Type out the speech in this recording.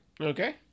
Okay